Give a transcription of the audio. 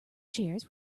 chairs